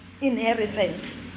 inheritance